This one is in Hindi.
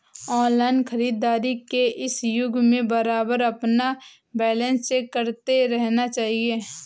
ऑनलाइन खरीदारी के इस युग में बारबार अपना बैलेंस चेक करते रहना चाहिए